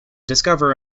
discover